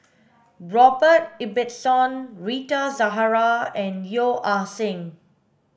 Robert Ibbetson Rita Zahara and Yeo Ah Seng